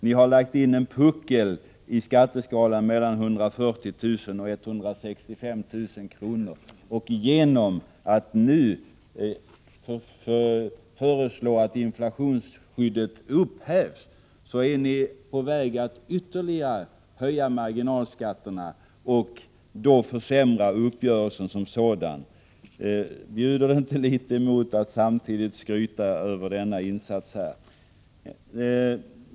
Ni har lagt in en puckel i skatteskalan mellan 140 000 och 165 000. Genom att nu föreslå att inflationsskyddet skall upphävas är ni på väg att ytterligare höja marginalskatterna — och försämra uppgörelsen som sådan. Bjuder det inte emot att samtidigt här i kammaren skryta över denna insats?